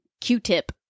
Q-tip